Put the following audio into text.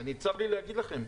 צר לי להגיד לכם,